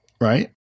right